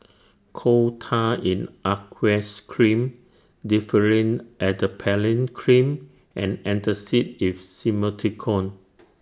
Coal Tar in Aqueous Cream Differin Adapalene Cream and Antacid with Simethicone